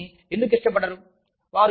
ప్రజలు దీనిని ఎందుకు ఇష్టపడరు